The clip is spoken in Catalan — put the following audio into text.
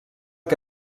que